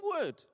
word